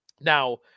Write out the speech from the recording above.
Now